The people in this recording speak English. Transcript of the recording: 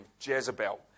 Jezebel